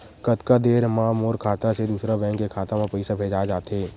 कतका देर मा मोर खाता से दूसरा बैंक के खाता मा पईसा भेजा जाथे?